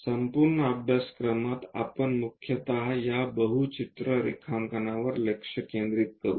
संपूर्ण अभ्यासक्रमात आपण मुख्यतः या बहु चित्र रेखांकनांवर लक्ष केंद्रित करू